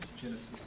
Genesis